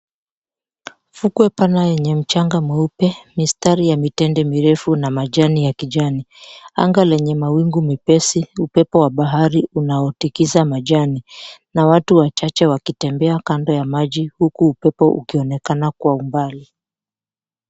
Fukwe pana yenye mchanga mweupe, mistari ya mitende mirefu na majani ya kijani, anga lenye mawingu mepesi upepo wa bahari unaotikisa majani, na watu wachache wakitembea kando ya maji huku upepo ukionekana kwa umbali.